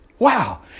Wow